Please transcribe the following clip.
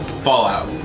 fallout